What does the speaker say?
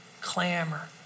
clamor